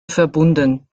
verbunden